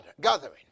gathering